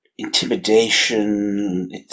Intimidation